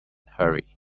hurry